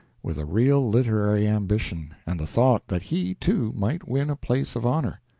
with a real literary ambition, and the thought that he, too, might win a place of honor.